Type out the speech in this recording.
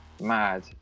mad